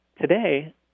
Today